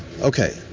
Okay